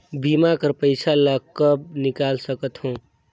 बीमा कर पइसा ला कब निकाल सकत हो?